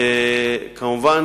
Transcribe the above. כמובן,